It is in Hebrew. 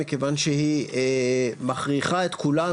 מכיוון שהיא מכריחה את כולנו,